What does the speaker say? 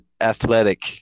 athletic